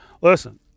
Listen